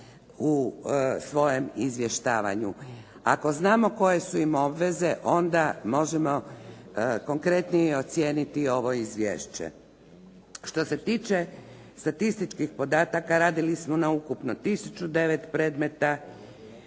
u svojem izvještavanju. Ako znamo koje su im obveze onda možemo konkretnije ocijeniti ovo izvješće. Što se tiče statističkih podataka, radili smo na ukupno 1 009 predmeta,